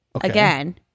again